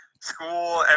school